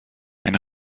mein